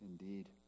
indeed